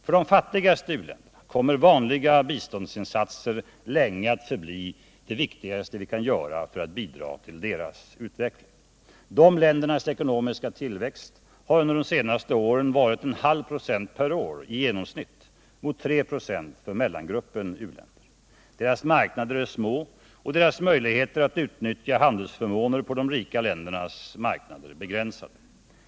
För de fattigaste u-länderna kommer vanliga biståndsinsatser länge att förbli det viktigaste vi kan göra för att bidra till deras utveckling. Dessa länders ekonomiska tillväxt har under de senaste åren varit 1/2 26 per år, mot 3 26 för mellangruppen u-länder. Deras marknader är små och deras möjligheter att utnyttja handelsförmåner på de rika ländernas marknader begränsade.